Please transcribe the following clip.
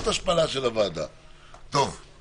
אני